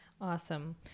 Awesome